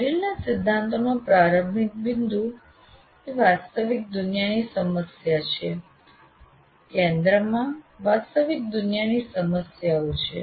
મેરિલના સિદ્ધાંતોનો પ્રારંભિક બિંદુ એ વાસ્તવિક દુનિયાની સમસ્યા છે કેન્દ્રમાં વાસ્તવિક દુનિયાની સમસ્યાઓ છે